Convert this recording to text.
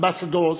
Ambassadors,